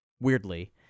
weirdly